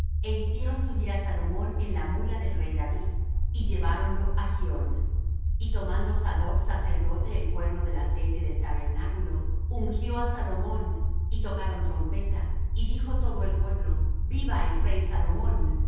é hicieron subir á salomón en la mula del rey david y lleváronlo á gihón y tomando sadoc sacerdote el cuerno del aceite del tabernáculo ungió á salomón y tocaron trompeta y dijo todo el pueblo viva el rey salomón